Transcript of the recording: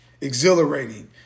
exhilarating